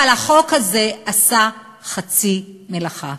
אבל החוק הזה עשה חצי מלאכה,